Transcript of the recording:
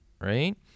right